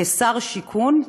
כשר השיכון,